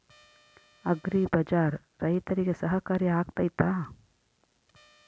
Agri bazaar ರೈತರಿಗೆ ಸಹಕಾರಿ ಆಗ್ತೈತಾ?